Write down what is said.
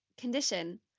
condition